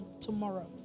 tomorrow